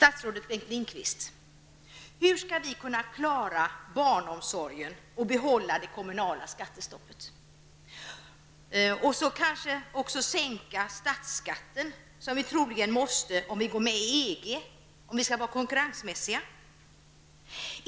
Herr talman! Hur skall vi kunna klara barnomsorgen och behålla det kommunala skattestoppet, statsrådet Bengt Lindqvist? Och hur kan vi samtidigt också sänka statsskatten, som vi troligen måste om vi går med i EG, om vi skall vara konkurrensmässiga?